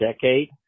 decade